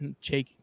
Check